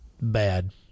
bad